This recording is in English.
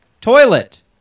toilet